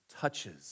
touches